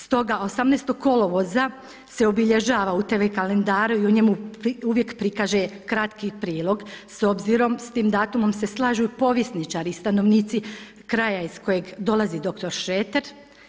Stoga 18. kolovoza se obilježava u TV kalendaru i o njemu uvijek prikaže kratki prilog s obzirom, s tim datumom se slažu i povjesničari i stanovnici kraja iz kojeg dolazi dr. Šreter.